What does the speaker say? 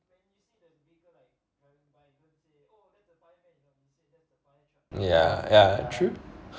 ya ya true